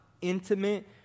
intimate